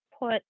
put